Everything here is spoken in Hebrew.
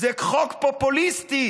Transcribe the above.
זה חוק פופוליסטי.